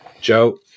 Joe